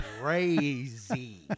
crazy